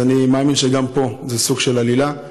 אז אני מאמין שגם פה זה סוג של עלילה.